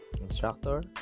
instructor